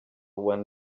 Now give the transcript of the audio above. when